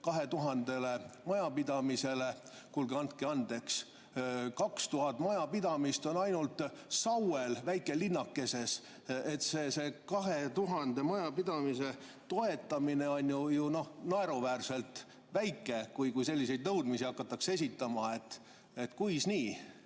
2000 majapidamisele. Kuulge, andke andeks! 2000 majapidamist on ainult Sauel, väikelinnakeses. See 2000 majapidamise toetamine on ju naeruväärselt väike, kui selliseid nõudmisi hakatakse esitama. Kuis nii?